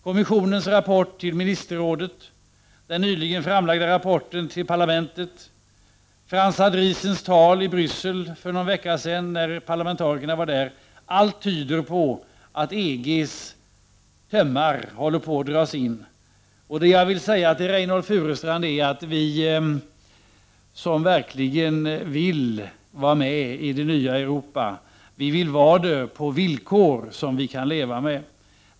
Kommissionens rapport till ministerrådet, den nyligen framlagda rapporten till parlamentet, Frans Andriessens tal i Bryssel för någon vecka sedan — allt tyder på att EG:s tömmar håller på att dras in. Det jag vill säga till Reynoldh Furustrand är att vi som verkligen vill vara med i det nya Europa vill vara det på villkor som vi kan leva med.